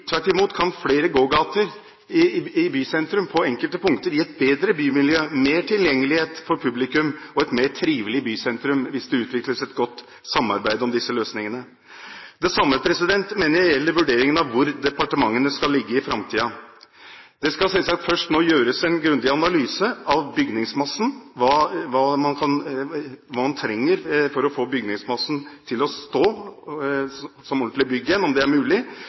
Tvert imot kan flere gågater i sentrum på enkelte punkter gi et bedre bymiljø, mer tilgjengelighet for publikum og et mer trivelig bysentrum, hvis det utvikles et godt samarbeid om disse løsningene. Det samme mener jeg gjelder vurderingen av hvor departementene skal ligge i framtiden. Det skal selvsagt først gjøres en grundig analyse av bygningsmassen – hva man trenger for å få bygningsmassen til å stå som ordentlige bygg igjen, og om det er mulig.